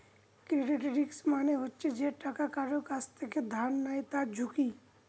credit risk মানে হচ্ছে যে টাকা কারুর কাছ থেকে ধার নেয় তার ঝুঁকি